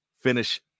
finish